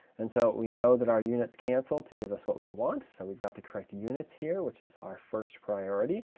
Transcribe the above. and so we know that our units cancel to give us what we want. so we've got the correct units here, which is our first priority.